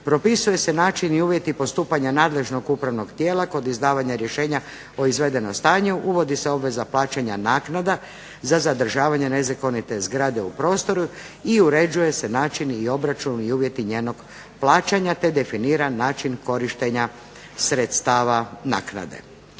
propisuju se načini i uvjeti postupanja nadležnog upravnog tijela kod izdavanja rješenja o izvedenom stanju, uvodi se obveza plaćanja naknada za zadržavanje nezakonite zgrade u prostoru i uređuje se način i obračun i uvjeti njenog plaćanja, te definira način korištenja sredstava naknade.